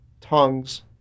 tongues